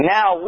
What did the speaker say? Now